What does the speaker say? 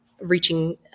reaching